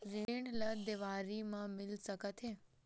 ऋण ला देवारी मा मिल सकत हे